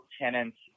tenants